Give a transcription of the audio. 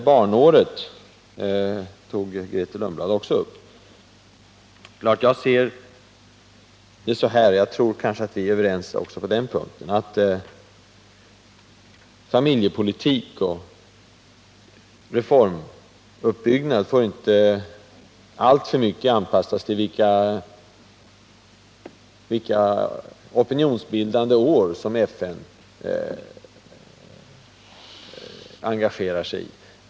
Grethe Lundblad tog vidare upp anknytningen till barnåret, och jag tror vi är överens också på den punkten. Jag ser det på det sättet, att familjepolitik och reformuppbyggnad inte får anpassas alltför mycket till vilka opinionsbil dande år som FN engagerar sig i.